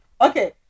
okay